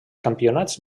campionats